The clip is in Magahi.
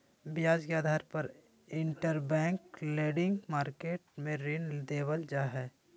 ब्याज के आधार पर इंटरबैंक लेंडिंग मार्केट मे ऋण देवल जा हय